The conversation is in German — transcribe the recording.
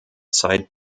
zeit